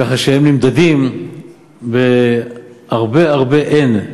כך שהם נמדדים בהרבה הרבה אין: